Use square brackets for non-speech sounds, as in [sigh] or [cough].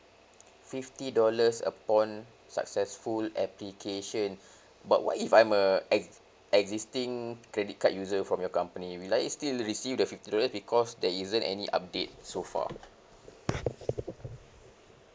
fifty dollars upon successful application [breath] but what if I'm a E~ existing credit card user from your company will I still receive the fifty dollars because there isn't any updates so far